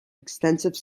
extensive